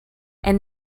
and